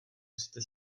musíte